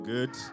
Good